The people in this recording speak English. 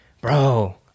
bro